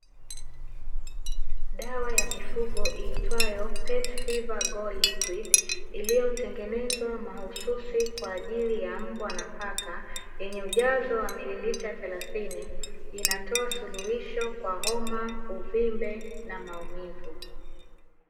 Dawa ya mifugo iitwayo PET FEVER GO LIQUID iliyotengenezwa mahususi kwaajili ya mbwa na paka; yenye ujazo wa mililita thelathini. Inatoa suluhisho kwa homa, uvimbe na maumivu.